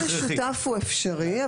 דיון משותף הוא אפשרי,